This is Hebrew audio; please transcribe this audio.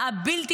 מה.